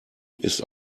ist